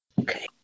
Okay